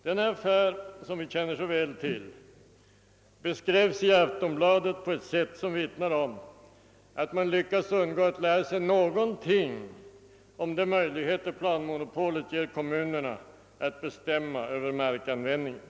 Denna affär, som vi känner så väl till, beskrevs i Aftonbladet på ett sätt som vittnar om att man där lyckats undgå att lära sig något om de möjligheter planmonopolet ger kommunerna att bestämma över markanvändningen.